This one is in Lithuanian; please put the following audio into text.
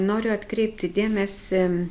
noriu atkreipti dėmesį